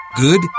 good